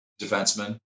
defenseman